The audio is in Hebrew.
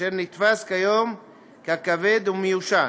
אשר נתפס כיום ככבד ומיושן,